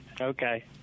Okay